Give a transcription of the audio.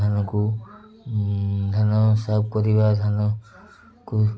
ଧାନକୁ ଧାନ ସାଫ୍ କରିବା ଧାନକୁ